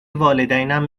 والدینم